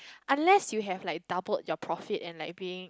unless you have like double your profit and like being